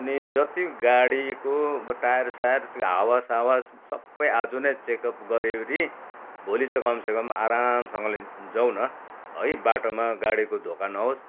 अनि जति गाडीको अब टायरसायर त्यो हावासावा सबै आज नै चेकअप गरिओरि भोलि चाहिँ कम से कम आरामसँगले जाउँ न है बाटोमा गाडीको धोका नहोस्